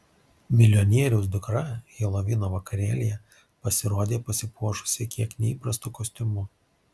milijonieriaus dukra helovino vakarėlyje pasirodė pasipuošusi kiek neįprastu kostiumu